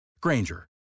Granger